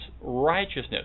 righteousness